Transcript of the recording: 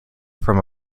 from